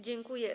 Dziękuję.